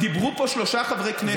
דיברו פה שלושה חברי כנסת,